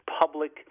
public